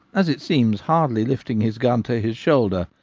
as it seems hardly lifting his gun to his shoulder,